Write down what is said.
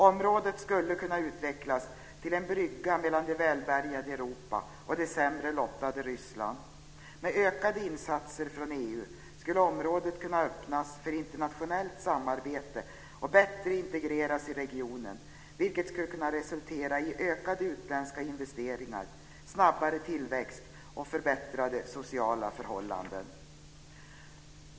Området skulle kunna utvecklas till en brygga mellan det välbärgade Europa och det sämre lottade Ryssland. Med ökade insatser från EU skulle området kunna öppnas för internationellt samarbete och bättre integreras i regionen, vilket skulle kunna resultera i ökade utländska investeringar, snabbare tillväxt och förbättrade sociala förhållanden.